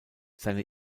seine